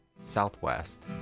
Southwest